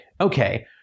okay